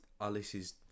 Alice's